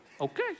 Okay